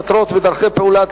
מטרות ודרכי פעולה),